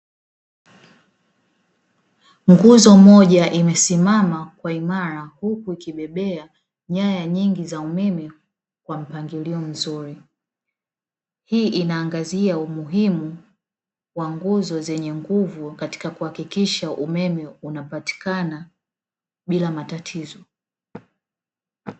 Nguzo moja imesimama kwa imara huku ikibebea nyaya nyingi za umeme kwa mpangilio mzuri, hii inaangazia umuhimu wa nguzo zenye nguvu katika kuhakikisha umeme unapatikana bila matatizo.